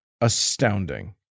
astounding